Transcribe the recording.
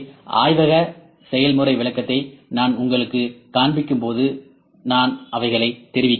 எனவே ஆய்வக செயல்முறை விளக்கத்தை நான் உங்களுக்குக் காண்பிக்கும் போது நான் அவைகளை தெரிவிக்கிறேன்